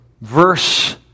verse